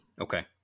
Okay